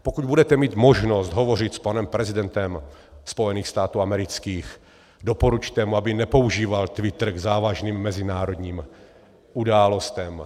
Pokud budete mít možnost hovořit s panem prezidentem Spojených států amerických, doporučte mu, aby nepoužíval Twitter k závažným mezinárodním událostem.